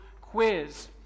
quiz